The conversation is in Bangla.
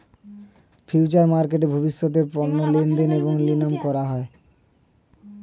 ফিউচার মার্কেটে ভবিষ্যতের পণ্য লেনদেন এবং নিলাম করা হয়